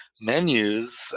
menus